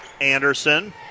Anderson